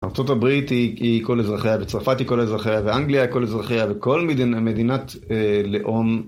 ארה״ב היא כל אזרחיה, וצרפת היא כל אזרחיה, ואנגליה היא כל אזרחיה, וכל מדינת לאום.